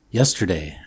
yesterday